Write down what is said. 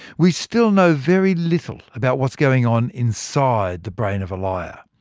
we still know very little about what's going on inside the brain of a liar.